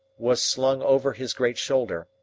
was slung over his great shoulder,